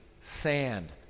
Sand